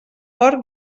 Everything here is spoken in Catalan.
porc